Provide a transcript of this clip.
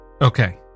Okay